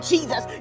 Jesus